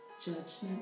judgment